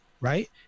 right